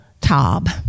Tob